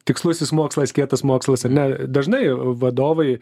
tikslusis mokslas kietas mokslas ar ne dažnai vadovai